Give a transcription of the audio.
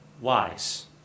wise